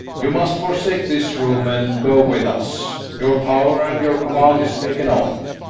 you must forsake this room, and go with us your power and your command is taken off,